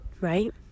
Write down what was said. right